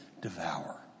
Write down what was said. devour